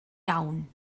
iawn